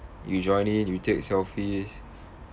you join in you take selfies